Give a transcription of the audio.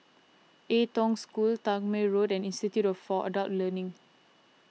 Ai Tong School Tangmere Road and Institute for Adult Learning